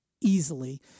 easily